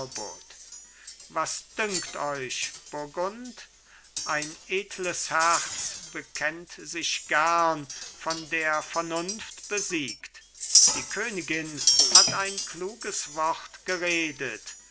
was dünket euch burgund ein edles herz bekennt sich gern von der vernunft besiegt die königin hat ein kluges wort geredet